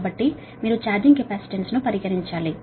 కాబట్టి మీరు ఛార్జింగ్ కెపాసిటెన్స్ను పరిగణించాలి